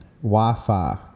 Wi-Fi